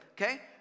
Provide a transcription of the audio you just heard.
okay